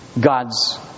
God's